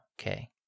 okay